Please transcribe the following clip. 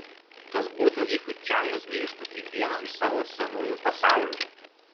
kas būtų jeigu čiangas grįžtų į vieną iš savo senųjų pasaulių